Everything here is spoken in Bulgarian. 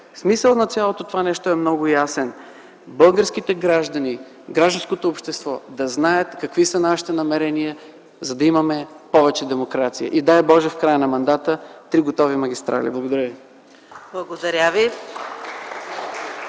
Смисълът на цялото това нещо е много ясен. Българските граждани, гражданското общество да знаят какви са нашите намерения, за да имаме повече демокрация и дай, Боже, в края на мандата три готови магистрали. Благодаря ви.